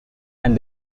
and